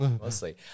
mostly